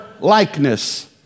Likeness